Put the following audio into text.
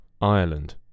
Ireland